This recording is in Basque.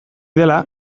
dela